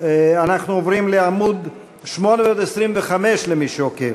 אנחנו עוברים לעמוד 825, למי שעוקב.